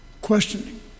questioning